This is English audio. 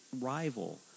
rival